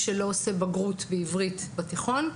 שלא עברו בחינת בגרות בעברית בתקופת התיכון.